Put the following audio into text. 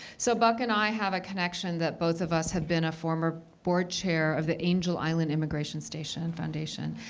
so buck and i have a connection that both of us have been a former board chair of the angel island immigration station foundation.